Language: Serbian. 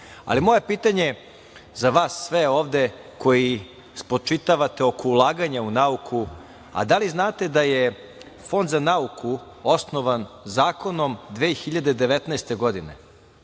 nauku. Moje pitanje za vas sve ovde koji spočitavate oko ulaganja u nauku – da li znate da je Fond za nauku osnovan zakonom 2019. godine?